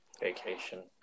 vacation